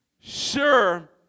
sure